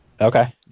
Okay